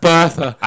Bertha